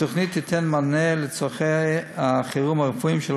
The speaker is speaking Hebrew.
התוכנית תיתן מענה על צורכי החירום הרפואיים של